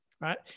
right